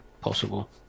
possible